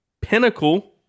pinnacle